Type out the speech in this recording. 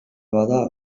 bada